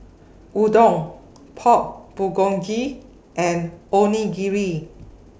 Udon Pork Bulgogi and Onigiri